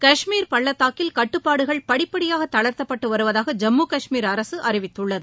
கஷ்மீர் பள்ளத்தாக்கில் கட்டுப்பாடுகள் படிப்படியாக தளர்த்தப்பட்டு வருவதாக ஜம்மு காஷ்மீர் அரசு அறிவித்துள்ளது